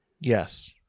Yes